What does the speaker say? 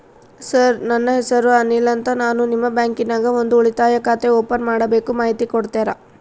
Sir ನನ್ನ ಹೆಸರು ಅನಿಲ್ ಅಂತ ನಾನು ನಿಮ್ಮ ಬ್ಯಾಂಕಿನ್ಯಾಗ ಒಂದು ಉಳಿತಾಯ ಖಾತೆ ಓಪನ್ ಮಾಡಬೇಕು ಮಾಹಿತಿ ಕೊಡ್ತೇರಾ?